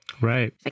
Right